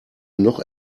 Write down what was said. noch